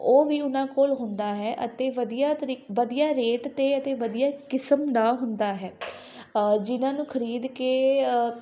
ਉਹ ਵੀ ਉਹਨਾਂ ਕੋਲ ਹੁੰਦਾ ਹੈ ਅਤੇ ਵਧੀਆ ਤਰੀ ਵਧੀਆ ਰੇਟ 'ਤੇ ਅਤੇ ਵਧੀਆ ਕਿਸਮ ਦਾ ਹੁੰਦਾ ਹੈ ਜਿਨ੍ਹਾਂ ਨੂੰ ਖਰੀਦ ਕੇ